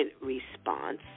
response